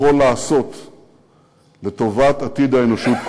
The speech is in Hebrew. יכולים לעשות לטובת עתיד האנושות כולה.